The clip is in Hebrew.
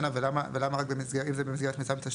דנה, אבל למה רק, אם זה במסגרת מיזם תשתית?